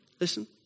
Listen